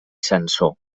sansor